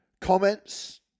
comments